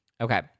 okay